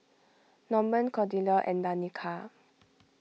Norman Cordella and Danika